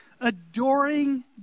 adoring